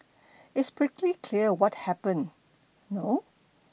it's pretty clear what happened no